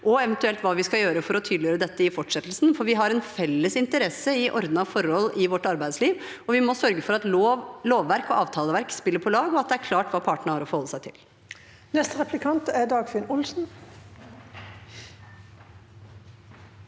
vi eventuelt skal gjøre for å tydeliggjøre dette i fortsettelsen. For vi har en felles interesse i ordnede forhold i vårt arbeidsliv. Vi må sørge for at lovverk og avtaleverk spiller på lag, og at hva partene har å forholde seg til,